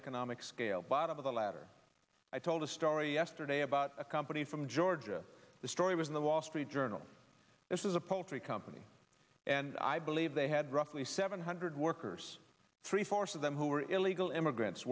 economic scale bottom of the ladder i told a story yesterday about a company from georgia the story was in the wall street journal this is a poultry company and i believe they had roughly seven hundred workers three fourths of them who were illegal immigrants